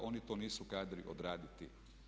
Oni to nisu kadri odraditi.